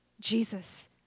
Jesus